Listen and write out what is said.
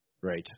Right